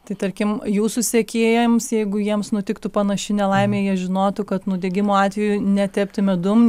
tai tarkim jūsų sekėjams jeigu jiems nutiktų panaši nelaimė jie žinotų kad nudegimo atveju netepti medum